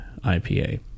ipa